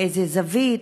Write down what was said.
באיזו זווית?